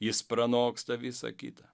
jis pranoksta visa kita